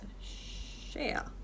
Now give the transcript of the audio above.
Share